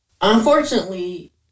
unfortunately